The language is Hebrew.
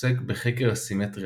עוסק בחקר הסימטריה,